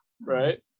Right